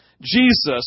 Jesus